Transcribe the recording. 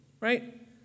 right